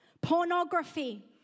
pornography